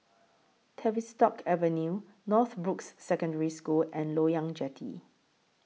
Tavistock Avenue Northbrooks Secondary School and Loyang Jetty